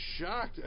shocked